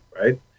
right